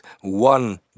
one